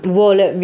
vuole